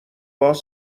باز